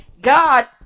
God